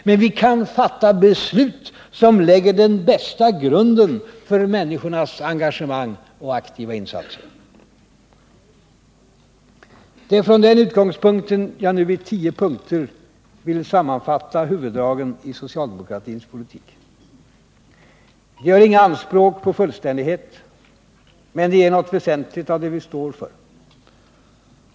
Men vi kan fatta beslut som lägger den bästa grunden för människornas engagemang och aktiva insatser. Det är från den utgångspunkten jag nu i tio punkter vill sammanfatta huvuddragen i socialdemokratins politik. Det gör inga anspråk på fullständighet. Men det ger något väsentligt av det vi står för.